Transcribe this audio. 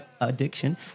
addiction